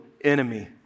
enemy